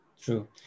True